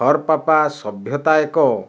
ହରପ୍ପା ସଭ୍ୟତା ଏକ